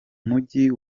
mujyi